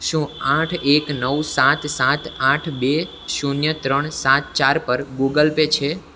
શું આઠ એક નવ સાત સાત આઠ બે શૂન્ય ત્રણ સાત ચાર પર ગૂગલ પે છે